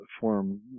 form